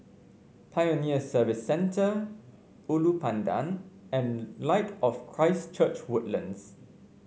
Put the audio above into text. Pioneer Service Centre Ulu Pandan and Light of Christ Church Woodlands